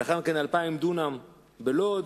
ולאחר מכן 2,000 דונם בלוד,